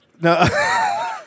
No